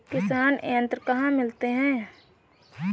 किसान यंत्र कहाँ मिलते हैं?